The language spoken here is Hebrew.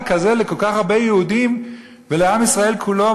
כזה לכל כך הרבה יהודים ולעם ישראל כולו.